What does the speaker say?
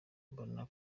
mbona